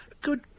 good